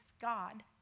God